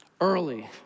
Early